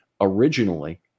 originally